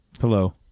Hello